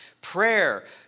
Prayer